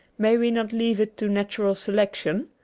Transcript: may we not leave it to natural selection?